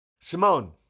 Simone